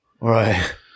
Right